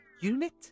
Unit